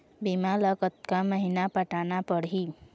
बीमा ला कतका महीना पटाना पड़ही?